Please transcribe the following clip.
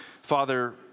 Father